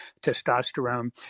testosterone